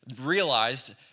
realized